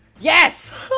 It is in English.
Yes